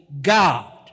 God